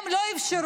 הם לא אפשרו.